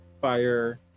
fire